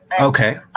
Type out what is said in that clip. Okay